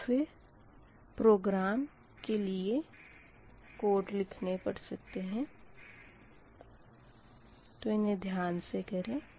या फिर प्रोग्राम के कोड लिखने पड़ेंगे